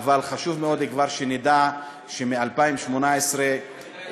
אבל חשוב מאוד שכבר נדע שמ-2018 אלה